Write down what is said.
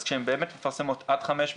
כשהם מפרסמות עד 500